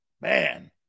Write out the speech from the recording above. man